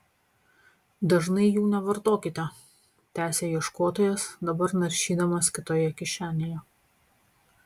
dažnai jų nevartokite tęsė ieškotojas dabar naršydamas kitoje kišenėje